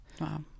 Wow